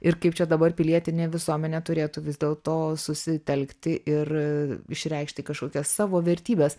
ir kaip čia dabar pilietinė visuomenė turėtų vis dėlto susitelkti ir išreikšti kažkokias savo vertybes